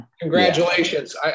congratulations